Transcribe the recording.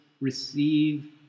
receive